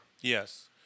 Yes